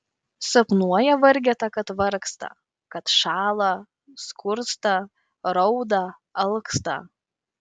sapnuoja vargeta kad vargsta kad šąla skursta rauda alksta